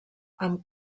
amb